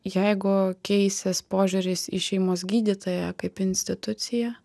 jeigu keisis požiūris į šeimos gydytoją kaip instituciją